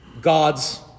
God's